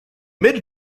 mid